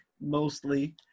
mostly